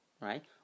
right